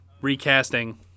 recasting